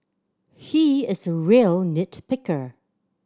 he is a real nit picker